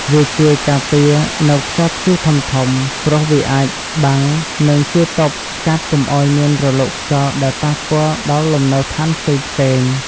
វាជួយការពារនៅខ្យល់ព្យុះធំៗ ព្រោះវាអាចបាំងនិងជួយទប់ស្កាត់កុំមានរលកខ្យល់ដែលប៉ះពាល់ដល់លំនៅឋានផ្សេងៗ។